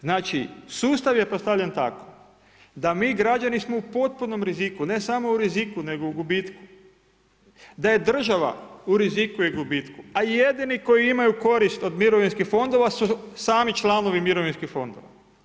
Znači sustav je postavljen tako, da mi građani smo u potpunom riziku, ne samo u riziku, nego u gubitku, da je država u riziku i gubitku, a jedini koji imaju korist od mirovinskih fondova su sami članovi mirovinskih fondova.